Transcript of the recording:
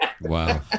wow